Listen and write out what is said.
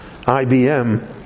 IBM